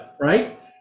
right